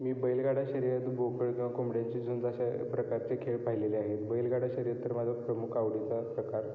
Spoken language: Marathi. मी बैलगाडा शर्यत बोकड किंवा कोंबड्याची झुंज अशा प्रकारचे खेळ पाहिलेले आहेत बैलगाडा शर्यत तर माझा प्रमुख आवडीचा प्रकार